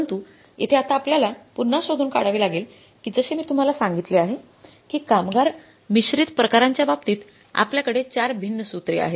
परंतु येथे आता आपल्याला पुन्हा शोधून काढावे लागेल की जसे मी तुम्हाला सांगितले आहे की कामगार मिश्रित प्रकारांच्या बाबतीत आपल्याकडे 4 भिन्न सूत्रे आहेत